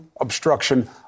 obstruction